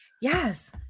yes